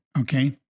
okay